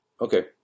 okay